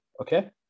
okay